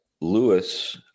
lewis